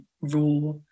raw